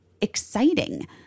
exciting